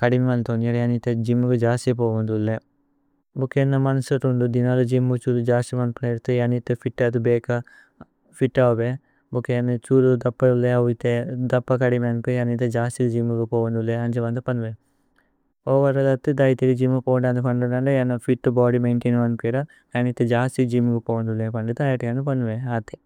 കദിമല തോന്ജ യനിത ഗ്യ്മ്। ഗ ജസ്യ പോവന്ദുല്ലു ഭുകേ ഇതേന മന്സത ഉന്ദു। ദിനോല ഗ്യ്മ് ഉ ഛുരു ജസ്യ മന്ദന യനിത ഫിത്। അതി ബേക ഫിത് അവേ ഭുകേ ഇതേന ഛുരു ദപ ഉല്ലേ। അവു ഇതേന ദപ കദിമല യനിത ജസ്യ ഗ്യ്മ് ഗ। പോവന്ദുല്ലു അന്ജ മന്ദ പന്ദു ഓവര ലതു। ദൈഥന ഗ്യ്മ് ഗ പോവന്ദു അന്ദു പന്ദു ന്ദന്ദ। യനിത ഫിത് ബോദ്യ് മൈന്തൈന് യനിത ജസ്യ ഗ്യ്മ്। ഗ പോവന്ദുല്ലു അന്ദു പന്ദു അതേ।